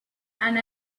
and